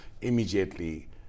immediately